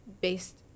based